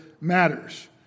matters